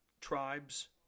tribes